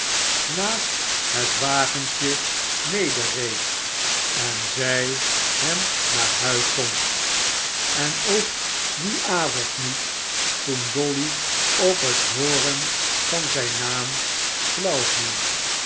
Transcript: naast het wagentje medereed en zij hem naar huis zond en k die avond niet toen dolly op het hooren van zijn naam flauw vie